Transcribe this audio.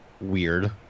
weird